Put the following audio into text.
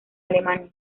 alemania